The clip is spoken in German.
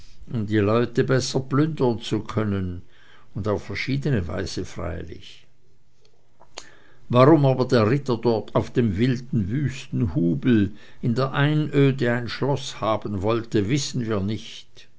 die leute besser plündern zu können auf verschiedene weise freilich warum aber der ritter dort auf dem wilden wüsten hubel in der einöde ein schloß haben wollte wissen wir nicht